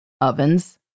ovens